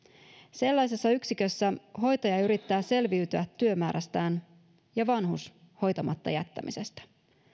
sellaisessa yksikössä hoitaja yrittää selviytyä työmäärästään ja vanhus hoitamatta jättämisestä